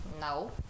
No